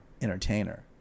entertainer